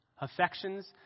Affections